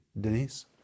Denise